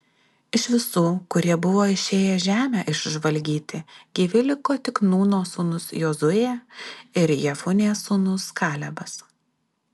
iš visų kurie buvo išėję žemę išžvalgyti gyvi liko tik nūno sūnus jozuė ir jefunės sūnus kalebas